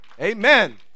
Amen